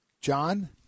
John